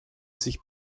sich